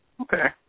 Okay